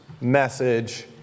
message